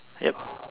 yup